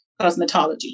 cosmetology